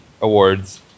Awards